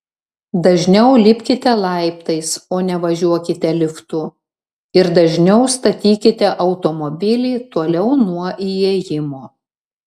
dažniau lipkite laiptais o ne važiuokite liftu ir dažniau statykite automobilį toliau nuo įėjimo